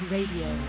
Radio